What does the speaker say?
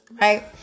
Right